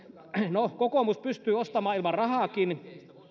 no kokoomus pystyy ostamaan ilman rahaakin